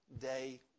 day